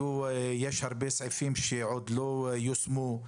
יש הרבה סעיפים שעוד לא יושמו.